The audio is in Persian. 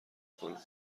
کنم